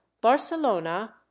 barcelona